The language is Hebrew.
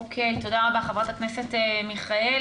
אוקיי, תודה רבה, חברת הכנסת מיכאלי.